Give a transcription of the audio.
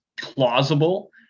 plausible